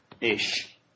Ish